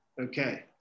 Okay